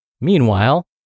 Meanwhile